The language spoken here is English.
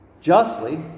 justly